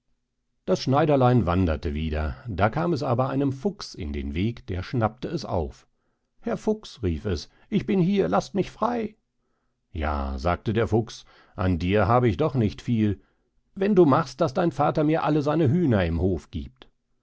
das schneiderlein wanderte wieder da kam es aber einem fuchs in den weg der schnappte es auf herr fuchs rief es ich bin hier laßt mich frei ja sagte der fuchs an dir hab ich doch nicht viel wenn du machst daß dein vater mir alle seine hüner im hof giebt